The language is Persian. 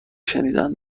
شنیدن